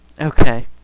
Okay